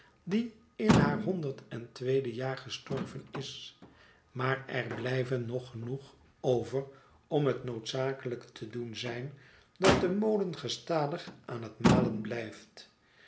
die in haar honderd en tweede jaar gestorven is maar er blijven er nog genoeg over om het noodzakelijk te doen zijn dat de molen gestadig aan het malen blijft